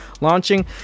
launching